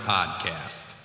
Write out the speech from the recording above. Podcast